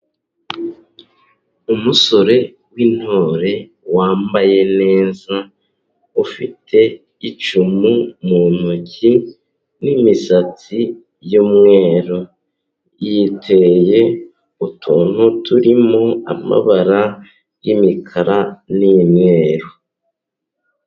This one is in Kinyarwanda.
Umusore w'intore wambaye neza ufite icumu mu ntoki n'imisatsi y'umweru, yiteye utuntu turimo amabara y'imikara n'imyeru.